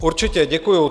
Určitě, děkuju.